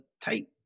tight